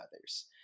others